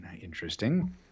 Interesting